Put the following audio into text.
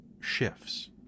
shifts